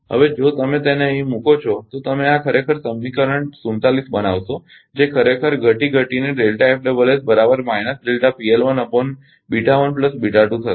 હવે જો તમે તેને અહીં મૂકો છો તો તમે આ ખરેખર સમીકરણ 47 બનાવશો જે ખરેખર ધટી ઘટીનેથશે